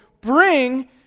bring